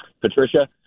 Patricia –